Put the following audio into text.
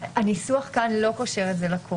הניסוח כאן לא קושר את זה לקורונה.